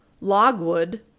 Logwood